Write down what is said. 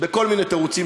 בכל מיני תירוצים,